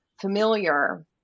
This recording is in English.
familiar